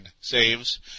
saves